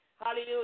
Hallelujah